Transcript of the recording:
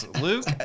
Luke